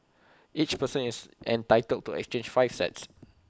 each person is entitled to exchange five sets